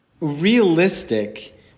Realistic